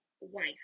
wife